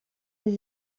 des